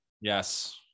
yes